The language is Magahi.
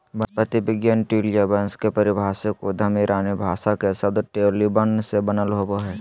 वनस्पति विज्ञान ट्यूलिया वंश के पारिभाषिक उद्गम ईरानी भाषा के शब्द टोलीबन से बनल हई